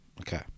Okay